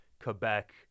Quebec